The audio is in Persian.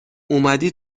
اومدی